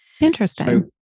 interesting